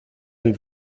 ein